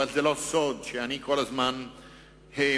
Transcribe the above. אבל זה לא סוד שאני כל הזמן האמנתי,